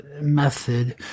method